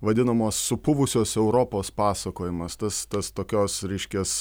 vadinamos supuvusios europos pasakojimas tas tas tokios reiškias